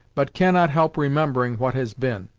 but cannot help remembering what has been.